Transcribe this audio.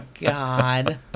God